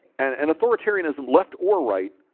and and authoritarianism left or right